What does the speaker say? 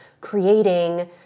creating